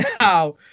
now